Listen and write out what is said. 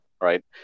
right